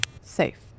Safe